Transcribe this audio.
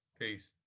Peace